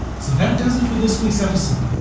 so that does it for this week's episode.